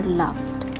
loved